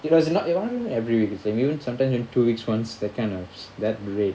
because not even every week it's like even sometimes two weeks once that kind of that rate